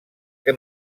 què